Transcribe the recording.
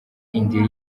indiri